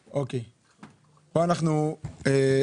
פינדרוס,